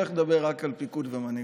ריבונית לפקח ולהמליץ המלצות,